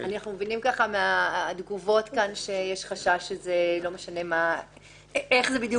אנחנו מבינים מהתגובות כאן שזה ייפול